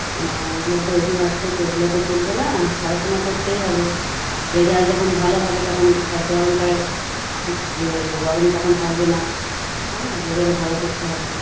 না ওগুলো তো অজুহাত তো চলবে না পড়াশোনা করতেই হবে রেজাল্ট যখন ভালো হবে তখন সব গরমটা ঠিক ইয়ে হয়ে যাবে গরম তখন থাকবে না তাই না রেজাল্ট ভালো করতে হবে